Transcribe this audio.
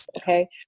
Okay